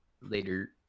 later